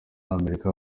amerika